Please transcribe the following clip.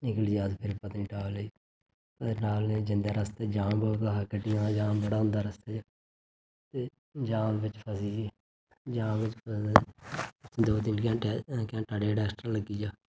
निकली ग अस फ्ही पत्नीटॉप लेई जंदे रस्ते जाम हा गड्डियें दा जाम हुंदा रस्ते च ते जाम बिच्च फसी गे जाम बिच्च फसे ते दो तिन घंटे घैंटे डेढ़ एक्स्ट्रा लग्गी गेआ